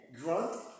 Grunt